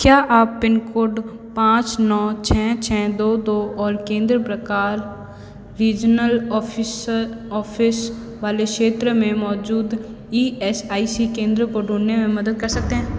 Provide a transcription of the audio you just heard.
क्या आप pin code पाँच नौ छः छः दो दो और केन्द्र प्रकार रीजनल ऑफ़िसर ऑफ़िस वाले क्षेत्र में मौजूद ई एस आई सी केन्द्र को ढूँढने में मदद कर सकते हैं